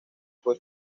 fue